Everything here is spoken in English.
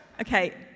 Okay